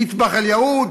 "אטבח אל-יהוד"?